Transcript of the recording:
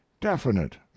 definite